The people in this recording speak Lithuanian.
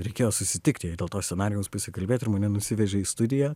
reikėjo susitikt jai dėl to scenarijaus pasikalbėt ir mane nusivežė į studiją